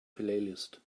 playlist